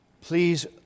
please